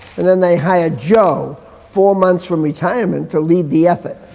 and then they hire joe four months from retirement, to lead the effort.